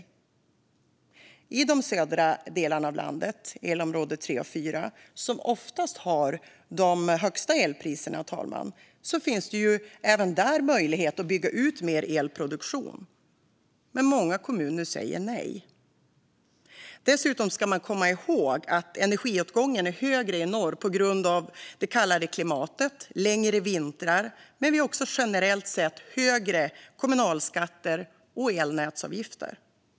Även i de södra delarna av landet - elområde 3 och 4 - som oftast har de högsta elpriserna finns det möjlighet att bygga ut mer elproduktion. Men många kommuner säger nej. Dessutom ska man komma ihåg att energiåtgången är större i norr på grund av det kallare klimatet och längre vintrar. Men vi har också generellt sett högre kommunalskatter och elnätsavgifter.